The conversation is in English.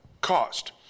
cost